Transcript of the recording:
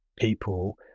people